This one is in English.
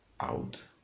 out